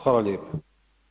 Hvala lijepo.